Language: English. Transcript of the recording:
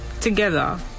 together